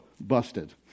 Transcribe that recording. Busted